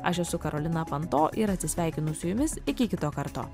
aš esu karolina panto ir atsisveikinu su jumis iki kito karto